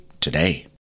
Today